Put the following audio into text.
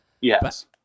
Yes